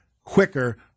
quicker